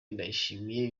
ndayishimiye